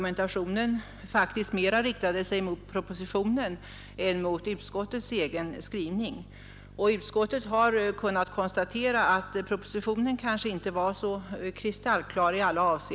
Man fick inte ens sätta in ”nämnvärt”.